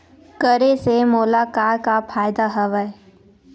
करे से मोला का का फ़ायदा हवय?